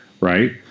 right